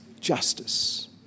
justice